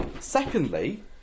Secondly